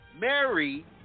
Mary